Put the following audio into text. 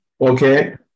okay